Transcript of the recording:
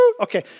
Okay